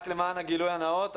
רק למען הגילוי הנאות,